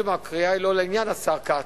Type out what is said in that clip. אני חושב שהקריאה היא לא לעניין, השר כץ,